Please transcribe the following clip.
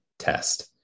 Test